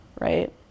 right